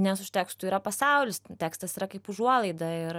net už tekstų yra pasaulis tekstas yra kaip užuolaida ir